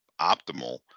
optimal